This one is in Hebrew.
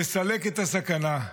לסלק את הסכנה.